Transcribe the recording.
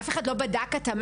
אף אחד לא בדק התאמה?